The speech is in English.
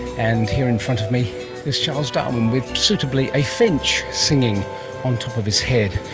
and here in front of me is charles darwin with, suitably, a finch singing on top of his head.